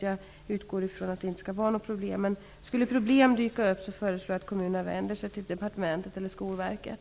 Jag utgår därför från att det inte skall vara något problem. Skulle problem dyka upp förelår jag att kommunerna vänder sig till departementet eller Skolverket.